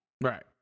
Right